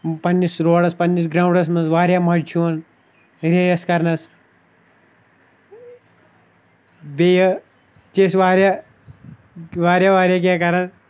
پَنٛنِس روڑَس پَنٛنِس گرٛاونٛڈَس منٛز واریاہ مَزٕ چھُ یِوان ریس کَرنَس بیٚیہِ چھِ أسۍ واریاہ واریاہ واریاہ کینٛہہ کَران